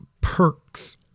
perks